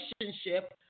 relationship